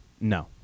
No